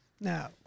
Now